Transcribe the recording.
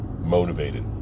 motivated